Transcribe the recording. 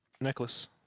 necklace